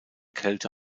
kälte